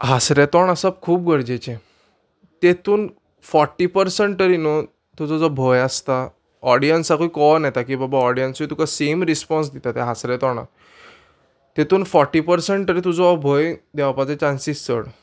हासरे तोंड आसा खूब गरजेचें तेतून फोर्टी पर्संट तरी न्हू तुजो जो भंय आसता ऑडियन्साकूय कोवोन येता की बाबा ऑडियन्सूय तुका सेम रिस्पोन्स दिता ते हासरे तोंडाक तेतून फोर्टी पर्संट तरी तुजो हो भंय देवपाचे चान्सीस चड